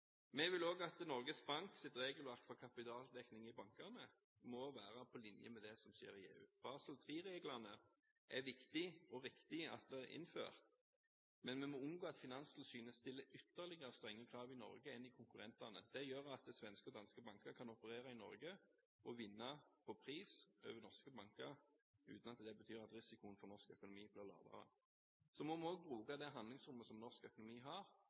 Norges Banks regelverk for kapitaldekning i bankene må også være på linje med det som skjer i EU. Det er viktig og riktig at Basel III-reglene blir innført, men vi må unngå at Finanstilsynet stiller ytterligere, strenge krav til Norge enn de gjør til konkurrentene. Det gjør at svenske og danske banker kan operere i Norge og vinne på pris over norske banker, uten at det betyr at risikoen for norsk økonomi blir lavere. Vi må også bruke det handlingsrommet som norsk økonomi